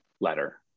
letter